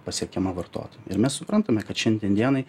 pasiekiama vartoti ir mes suprantame kad šiandien dienai